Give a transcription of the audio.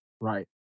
Right